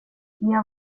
har